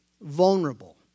vulnerable